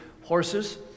horses